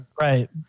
Right